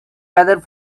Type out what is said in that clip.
weather